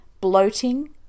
bloating